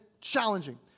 challenging